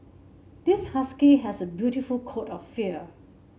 this husky has a beautiful coat of fur